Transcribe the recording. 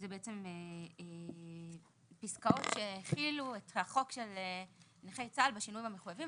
אלה פסקאות שהכילו את החוק של נכי צה"ל בשינויים המחויבים,